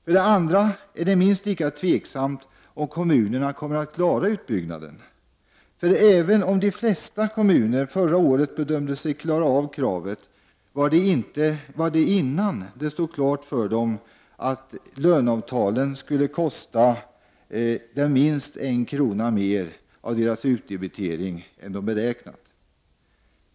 För det andra är det minst lika tveksamt om kommunerna kommer att klara utbyggnaden. För även om de flesta av kommunerna förra året bedömde sig klara kravet, var det innan det stod klart för dem att löneavtalen skulle kosta dem minst en krona mer av deras utdebitering än de hade beräknat.